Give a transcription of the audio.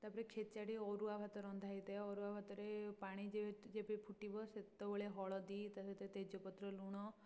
ତା'ପରେ ଖେଚେଡ଼ି ଅରୁଆ ଭାତ ରନ୍ଧା ହୋଇଥାଏ ଅରୁଆ ଭାତରେ ପାଣି ଯେବେ ଯେବେ ଫୁଟିବ ସେତେବେଳେ ହଳଦୀ ତା'ସହିତ ତେଜପତ୍ର ଲୁଣ